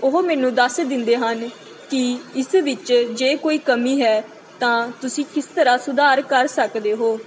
ਉਹ ਮੈਨੂੰ ਦੱਸ ਦਿੰਦੇ ਹਨ ਕਿ ਇਸ ਵਿੱਚ ਜੇ ਕੋਈ ਕਮੀ ਹੈ ਤਾਂ ਤੁਸੀਂ ਕਿਸ ਤਰ੍ਹਾਂ ਸੁਧਾਰ ਕਰ ਸਕਦੇ ਹੋ